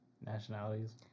Nationalities